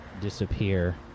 disappear